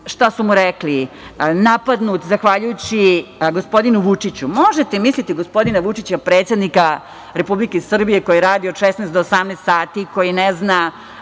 da je čovek napadnut zahvaljujući gospodinu Vučiću. Možete zamisliti gospodina Vučića, predsednika Republike Srbije, koji radi od 16 do 18 sati, koji ne zna